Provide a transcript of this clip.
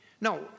Now